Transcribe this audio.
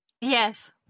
yes